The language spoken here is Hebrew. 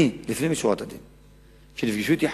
אני, לפנים משורת הדין, כשנפגשו אתי החקלאים,